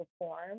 perform